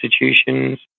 institutions